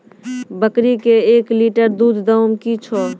बकरी के एक लिटर दूध दाम कि छ?